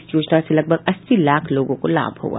इस योजना से लगभग अस्सी लाख लोगों को लाभ मिलेगा